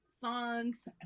songs